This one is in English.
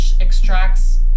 extracts